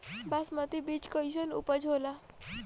बासमती बीज कईसन उपज होला?